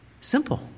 Simple